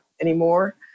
anymore